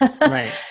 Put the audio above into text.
Right